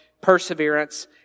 perseverance